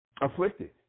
afflicted